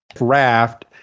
raft